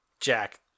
Jack